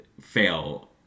fail